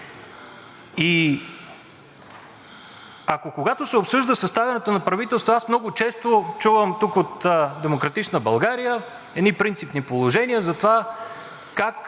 ние. Когато се обсъжда съставянето на правителство, аз много често чувам тук от „Демократична България“ едни принципни положения за това как